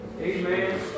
Amen